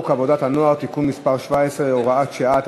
עבודת הנוער (תיקון מס' 17 והוראת שעה),